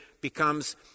becomes